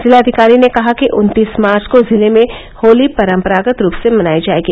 जिलाधिकारी ने कहा कि उन्तीस मार्च को जिले में होली परम्परागत रूप से मनायी जाएगी